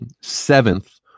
seventh